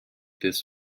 this